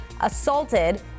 assaulted